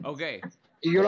Okay